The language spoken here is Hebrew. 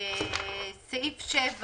סעיף 7